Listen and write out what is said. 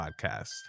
podcast